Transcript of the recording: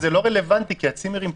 הצימרים פתוחים,